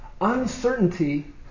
Uncertainty